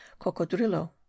Cocodrilo